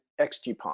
XGPON